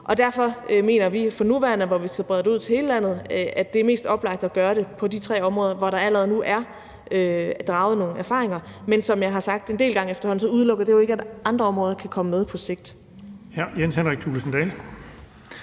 Derfor mener vi for nuværende, hvor vi skal brede det ud til hele landet, at det er mest oplagt at gøre det på de tre områder, hvor der allerede nu er draget nogle erfaringer. Men som jeg har sagt en del gange efterhånden, udelukker det jo ikke, at andre områder kan komme med på sigt.